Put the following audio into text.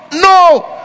no